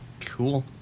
Cool